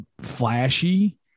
flashy